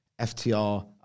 FTR